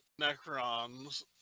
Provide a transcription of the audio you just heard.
Necrons